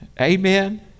Amen